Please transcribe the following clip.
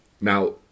Now